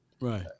Right